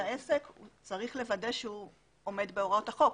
העסק והוא צריך לוודא שהוא עומד בהוראות החוק.